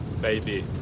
baby